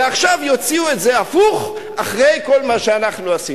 ועכשיו יוציאו את זה הפוך אחרי כל מה שאנחנו עשינו.